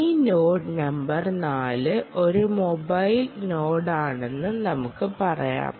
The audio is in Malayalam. ഈ നോഡ് നമ്പർ 4 ഒരു മൊബൈൽ നോഡാണെന്ന് നമുക്ക് പറയാം